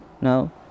no